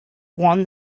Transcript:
won